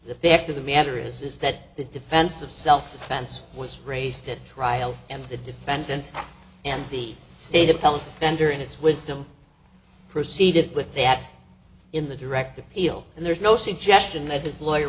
the fact of the matter is is that the defense of self defense was raised in trial and the defendant and the state appellate vendor in its wisdom proceeded with that in the direct appeal and there's no suggestion that his lawyer